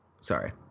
Sorry